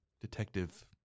detective